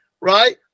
Right